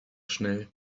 schnell